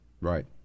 Right